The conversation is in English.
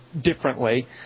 differently